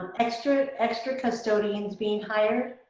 extra, extra custodians being hired,